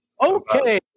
Okay